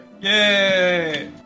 Yay